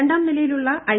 രണ്ടാം നിലയിലുള്ള ഐ